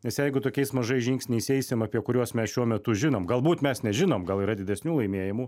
nes jeigu tokiais mažais žingsniais eisim apie kuriuos mes šiuo metu žinom galbūt mes nežinom gal yra didesnių laimėjimų